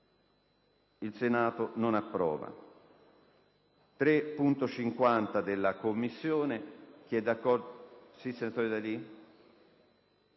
**Il Senato non approva.**